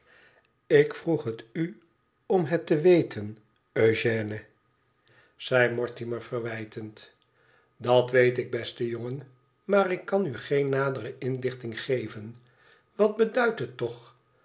ik vroeg het u om het te weten eugène zei mortimer verwijtend dat weet ik beste jongen maar ik kan u geen nadere inlichting geven wat beduidt het toch